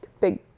big